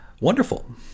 wonderful